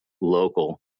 local